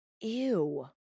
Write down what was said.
Ew